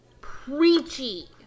preachy